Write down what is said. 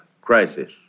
crisis